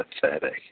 pathetic